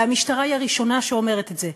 והמשטרה היא הראשונה שאומרת את זה.